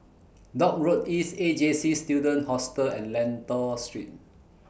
Dock Road East A J C Student Hostel and Lentor Street